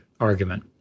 argument